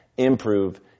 improve